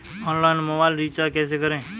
Online mobile recharge कैसे करें?